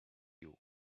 you